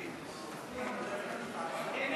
מס הכנסה (פטור ממס על ריבית שנצברה בקרן